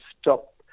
stop